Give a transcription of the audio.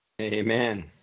Amen